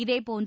இதேபோன்று